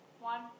One